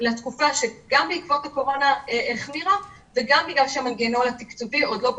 לתקופה שגם בעקבות הקורונה החמירה וגם בגלל שהמנגנון התקצובי עוד לא ברור,